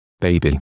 baby